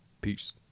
Peace